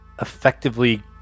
effectively